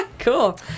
Cool